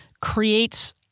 creates